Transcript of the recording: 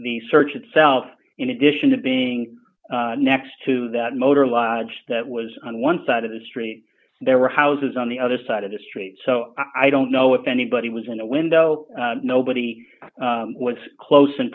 the search itself in addition to being next to that motor lodge that was on one side of the street there were houses on the other side of history so i don't know if anybody was in the window nobody was close in